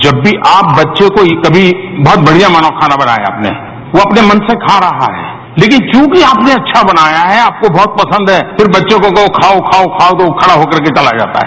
जब भी आप बच्चे को कमी मानों बहत बढिया आपने खाना बनाया वो अपने मन से खा रहा है तेकिन चूंकि आपने अच्छा बनाया है आपको बहत पसंद है फिर बच्चों को कहो खाओ खाओ खाओ वो खड़ा होकरके वला जाता है